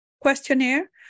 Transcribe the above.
questionnaire